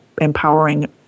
empowering